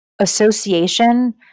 association